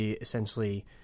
essentially